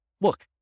look